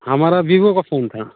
हमारा वीवो का फ़ोन था